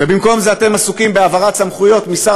ובמקום זה אתם עסוקים בהעברת סמכויות משר